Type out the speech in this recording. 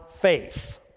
faith